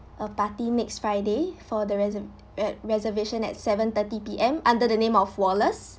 a party next friday for the rese~ at reservation at seven thirty P_M under the name of wallace